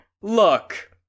look